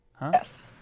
Yes